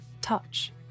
touch